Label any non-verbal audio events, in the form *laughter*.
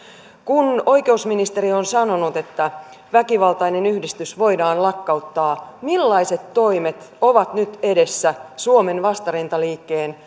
kun oikeusministeriö on sanonut että väkivaltainen yhdistys voidaan lakkauttaa millaiset toimet ovat nyt edessä suomen vastarintaliikkeen *unintelligible*